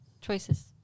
Choices